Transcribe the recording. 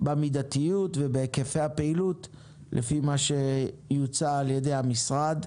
במידתיות ובהיקפי הפעילות כפי שיוצע על ידי המשרד.